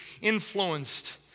influenced